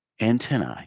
antennae